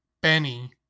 Benny